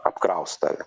apkraus tave